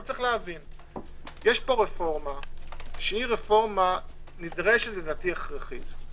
יש פה רפורמה שנדרשת, לדעתי הכרחית.